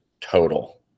total